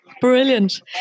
Brilliant